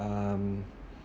um